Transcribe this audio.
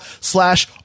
slash